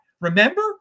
Remember